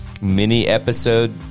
mini-episode